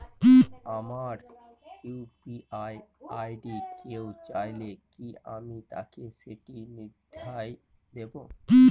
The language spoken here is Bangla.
আমার ইউ.পি.আই আই.ডি কেউ চাইলে কি আমি তাকে সেটি নির্দ্বিধায় দেব?